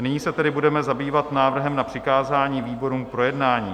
A nyní se tedy budeme zabývat návrhem na přikázání výborům k projednání.